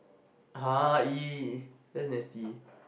!huh! that's nasty